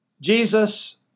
Jesus